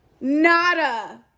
Nada